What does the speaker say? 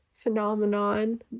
phenomenon